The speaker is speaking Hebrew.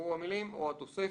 יבואו המילים "או התוספת".